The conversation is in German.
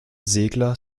segler